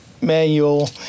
manual